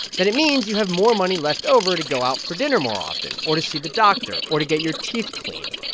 then it means you have more money left over to go out for dinner more often or to see the doctor or to get your teeth cleaned.